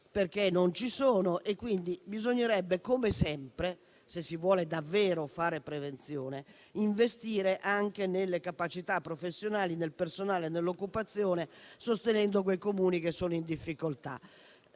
perché non ci sono. Bisognerebbe quindi, come sempre, se si vuole davvero fare prevenzione, investire anche nelle capacità professionali, nel personale e nell'occupazione, sostenendo quei Comuni che sono in difficoltà.